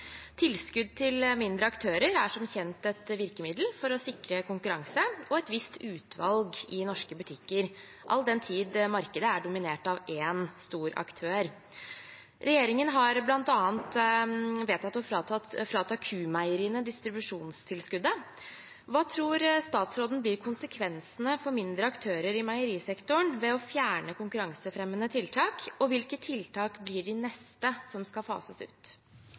Tilskudd til mindre aktører er som kjent et virkemiddel for å sikre konkurranse og et visst utvalg i norske butikker all den tid markedet er dominert av én stor aktør. Regjeringen har blant annet vedtatt å frata Q-meieriene distribusjonstilskuddet. Hva tror statsråden blir konsekvensene for mindre aktører i meierisektoren ved å fjerne konkurransefremmende tiltak, og hvilke tiltak blir de neste som fases ut?»